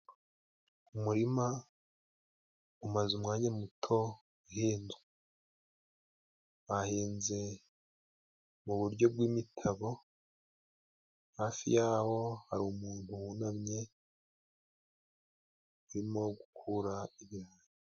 Umurima umaze umwanya muto uhinzwe, bahinze mu buryo bw'imitabo hafi yawo hari umuntu wunamye urimo gukura ibirayi.